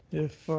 if